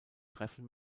treffen